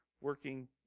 working